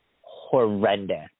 horrendous